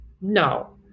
No